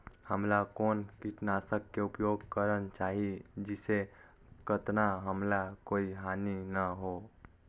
हमला कौन किटनाशक के उपयोग करन चाही जिसे कतना हमला कोई हानि न हो?